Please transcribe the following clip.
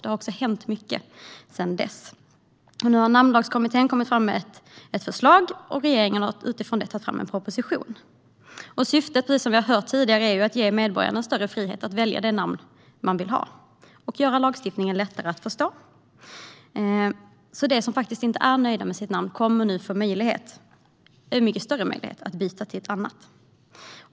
Det har också hänt mycket sedan dess. Nu har Namnlagskommittén kommit med ett förslag, och regeringen har utifrån det tagit fram en proposition. Precis som vi har hört tidigare är syftet att ge medborgarna större frihet att välja de namn de vill ha, och att göra lagstiftningen lättare att förstå. Den som inte är nöjd med sitt namn kommer nu alltså att få mycket större möjlighet att byta till ett annat.